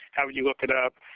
how would you look it up.